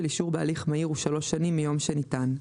אישור בהליך מהיר הוא שלוש שנים מיום שניתן.